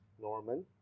norman